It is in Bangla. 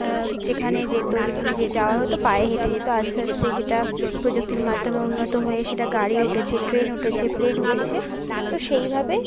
যেখানে যেত যেখানে যাওয়ার হতো পায়ে হেঁটে যেত আস্তে আস্তে সেটা প্রযুক্তির মাধ্যমে উন্নত হয়ে সেটা গাড়ি উঠেছে ট্রেন উঠেছে প্লেন উঠেছে তো সেইভাবে